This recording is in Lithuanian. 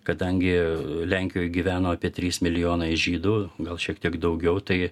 kadangi lenkijoj gyveno apie trys milijonai žydų gal šiek tiek daugiau tai